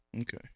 Okay